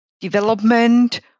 development